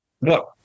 Look